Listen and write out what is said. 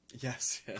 Yes